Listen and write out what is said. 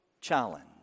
challenge